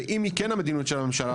ואם זו כן המדינית של הממשלה,